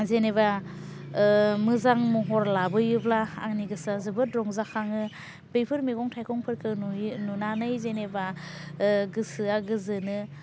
जेनोबा मोजां महर लाबोयोब्ला आंनि गोसोया जोबोद रंजा खाङो बैफोर मैगं थायगंफोरखौ नुयो नुनानै जेनोबा गोसोया गोजोनो